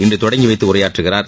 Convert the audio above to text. இன்று தொடங்கி வைத்து உரையாற்றுகிறார்